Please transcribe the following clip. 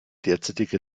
derzeitige